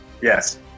Yes